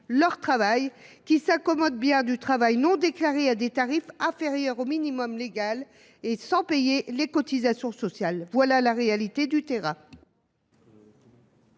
patrons qui, eux, s’accommodent bien du travail non déclaré à des tarifs inférieurs au minimum légal et sans payer de cotisations sociales. Voilà la réalité du terrain